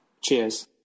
Cheers